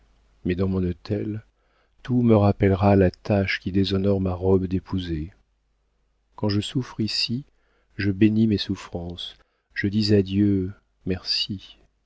mais dans mon hôtel tout me rappellera la tache qui déshonore ma robe d'épousée quand je souffre ici je bénis mes souffrances je dis à dieu merci